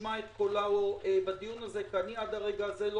נשמע את קולו בדיון הזה כי אני עד לרגע זה לא